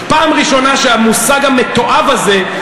פעם ראשונה שהמושג המתועב הזה,